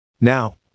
Now